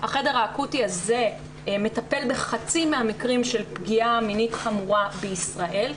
החדר האקוטי הזה מטפל בחצי מהמקרים של פגיעה מינית חמורה בישראל,